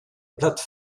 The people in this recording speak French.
plate